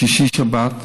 שישי-שבת.